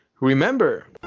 remember